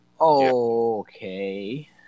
Okay